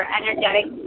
energetic